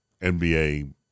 NBA